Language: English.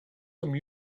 some